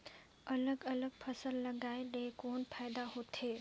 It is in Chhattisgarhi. अलग अलग फसल लगाय ले कौन फायदा होथे?